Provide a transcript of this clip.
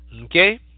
Okay